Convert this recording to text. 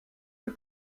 des